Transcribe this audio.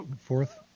fourth